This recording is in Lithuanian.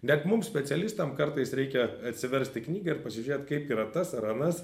net mum specialistam kartais reikia atsiversti knygą ir pažiūrėt kaip yra tas ar anas